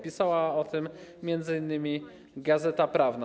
Pisała o tym m.in. „Gazeta Prawna”